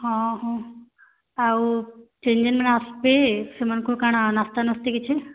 ହଁ ହୁଁ ଆଉ କେନ୍ କେନ୍ ମାନେ ଆସ୍ବେ ସେମାନ୍ଙ୍କୁ କା'ଣା ନାସ୍ତାନୁସ୍ତି କିଛି